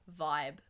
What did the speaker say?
vibe